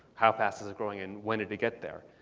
how fast is it growing and when did it get there?